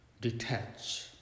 detach